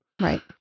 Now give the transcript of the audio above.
Right